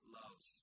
love